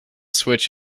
switch